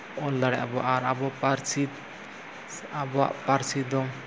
ᱚᱞ ᱫᱟᱲᱮᱭᱟᱜ ᱵᱚ ᱟᱨ ᱟᱵᱚ ᱯᱟᱹᱨᱥᱤ ᱟᱵᱚᱣᱟᱜ ᱯᱟᱹᱨᱥᱤ ᱫᱚ